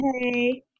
Hey